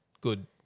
good